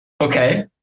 Okay